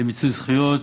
למיצוי זכויות,